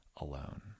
alone